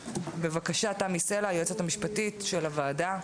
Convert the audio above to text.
בבקשה, תמי סלע, היועצת המשפטית של הוועדה.